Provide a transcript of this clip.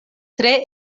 tre